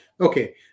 Okay